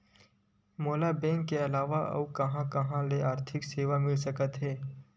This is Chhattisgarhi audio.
मोला बैंक के अलावा आऊ कहां कहा आर्थिक सेवा मिल सकथे?